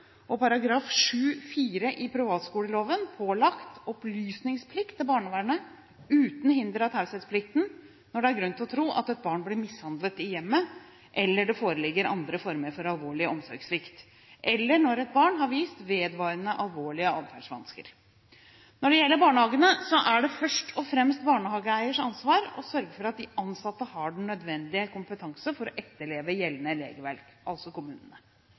privatskoleloven pålagt opplysningsplikt til barnevernet, uten hinder av taushetsplikten, når det er grunn til å tro at et barn blir mishandlet i hjemmet, at det foreligger andre former for alvorlig omsorgssvikt, eller når et barn har vist vedvarende alvorlige atferdsvansker. Når det gjelder barnehagene, er det først og fremst barnehageeiernes, altså kommunenes, ansvar å sørge for at de ansatte har den nødvendige kompetanse for å etterleve gjeldende